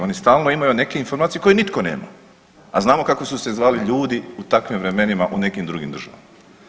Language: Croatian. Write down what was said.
Oni stalno imaju neke informacije koje nitko nema, a znamo kako su se zvali ljudi u takvim vremenima u nekim drugim državama.